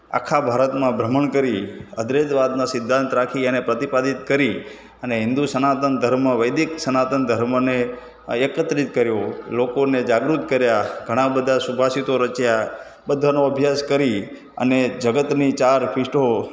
આખા ભારતમાં ભ્રમણ કરી અદ્વૈતવાદના સિદ્ધાંત રાખી અને પ્રતિપાદિત કરી અને હિંદુ સનાતન ધર્મ વૈદિક સનાતન ધર્મને આ એકત્રિત કર્યો લોકોને જાગૃત કર્યા ઘણા બધા સુભાષિતો રચ્યા બધાનો અભ્યાસ કરી અને જગતની ચાર પીઠો